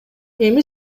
эми